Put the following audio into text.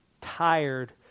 tired